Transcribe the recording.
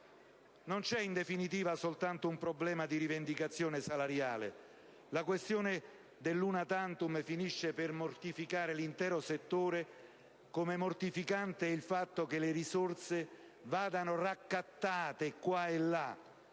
Non c'è, in definitiva, soltanto un problema di rivendicazione salariale. La questione dell'*una tantum* finisce per mortificare l'intero settore, come mortificante è il fatto che le risorse debbano essere raccattate qua e là,